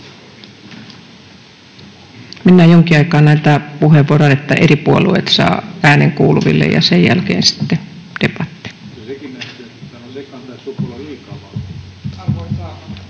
Mennään jonkin aikaa näitä puheenvuoroja, että eri puolueet saavat äänen kuuluville, ja sen jälkeen sitten debatti.